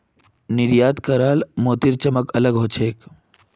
निर्यात कराल मोतीर चमक अलग ह छेक